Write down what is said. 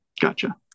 gotcha